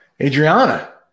Adriana